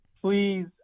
please